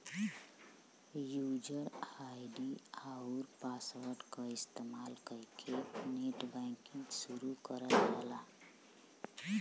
user ID आउर password क इस्तेमाल कइके नेटबैंकिंग शुरू करल जाला